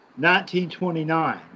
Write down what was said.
1929